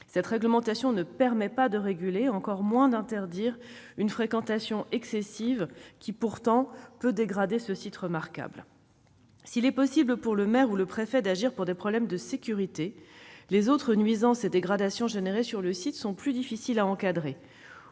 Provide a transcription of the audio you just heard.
sites classés, qui ne permet pas de réguler, et encore moins d'interdire, une fréquentation excessive qui dégraderait ce site remarquable. S'il est possible, pour le maire ou le préfet, d'agir pour des raisons de sécurité, les autres nuisances et dégradations engendrées sur le site sont plus difficiles à encadrer.